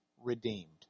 redeemed